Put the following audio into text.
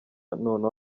noneho